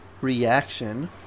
reaction